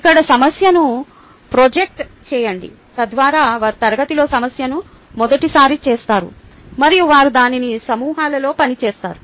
ఇక్కడ సమస్యను ప్రొజెక్ట్ చేయండి తద్వారా వారు తరగతిలో సమస్యను మొదటిసారి చూస్తారు మరియు వారు దానిని సమూహాలలో పని చేస్తారు